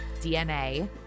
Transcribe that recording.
dna